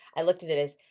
i looked at it as,